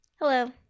hello